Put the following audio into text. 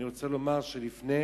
אני רוצה לומר שלפני